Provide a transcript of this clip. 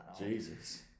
Jesus